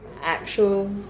actual